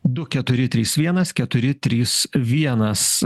du keturi trys vienas keturi trys vienas